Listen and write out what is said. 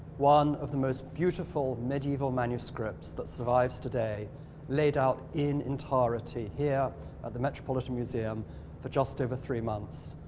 one of the most beautiful medieval manuscripts that survives today laid out in entirety here at the metropolitan museum for just over three months.